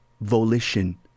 volition